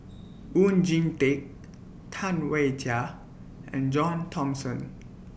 Oon Jin Teik Tam Wai Jia and John Thomson